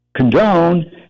Condone